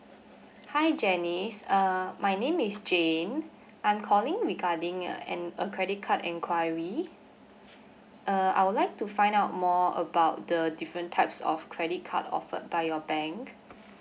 hi janice uh my name is jane I'm calling regarding a and a credit card enquiry uh I would like to find out more about the different types of credit card offered by your bank